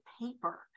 paper